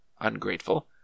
ungrateful